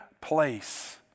place